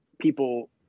people